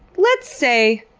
let's say,